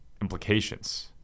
implications